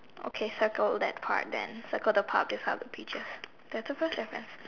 okay circle that part then circle the part beside the peaches that's the first difference